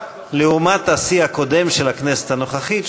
לעומת השיא הקודם של הכנסת הנוכחית,